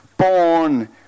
Born